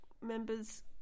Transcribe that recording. members